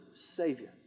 Savior